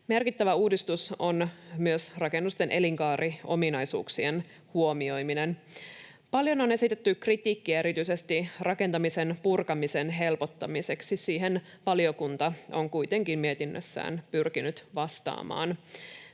Merkittävä uudistus on myös rakennusten elinkaariominaisuuksien huomioiminen. Paljon on esitetty kritiikkiä erityisesti rakentamisen purkamisen helpottamiseksi. Siihen valiokunta on kuitenkin mietinnössään pyrkinyt vastaamaan.